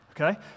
okay